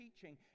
teaching